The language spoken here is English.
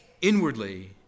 inwardly